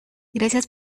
gracias